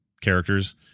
characters